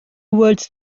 words